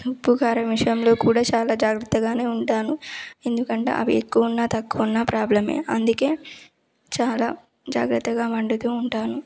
ఉప్పు కారం విషయంలో కూడా చాలా జాగ్రత్తగా ఉంటాను ఎందుకంటే అవి ఎక్కువ ఉన్న తక్కువ ఉన్న ప్రాబ్లం అందుకు చాలా జాగ్రత్తగా వండుతు ఉంటాను